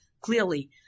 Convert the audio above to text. clearly